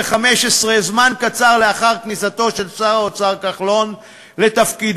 זמן קצר לאחר כניסתו של שר האוצר כחלון לתפקידו,